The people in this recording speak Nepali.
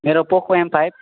मेरो पोको एम फाइभ